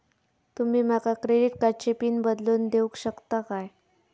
तुमी माका क्रेडिट कार्डची पिन बदलून देऊक शकता काय?